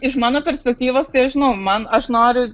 iš mano perspektyvos tai aš žinau man aš noriu